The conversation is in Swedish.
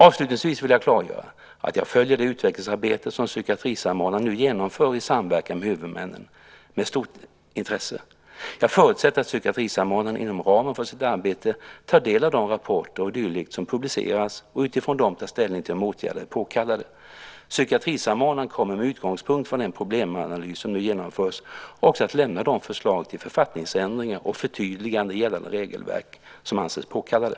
Avslutningsvis vill jag klargöra att jag följer det utvecklingsarbete som psykiatrisamordnaren nu genomför i samverkan med huvudmännen med stort intresse. Jag förutsätter att psykiatrisamordnaren inom ramen för sitt arbete tar del av de rapporter och dylikt som publiceras och utifrån dem tar ställning till om åtgärder är påkallade. Psykiatrisamordnaren kommer med utgångspunkt i den problemanalys som nu genomförs också att lämna de förslag till författningsändringar och förtydliganden i gällande regelverk som anses påkallade.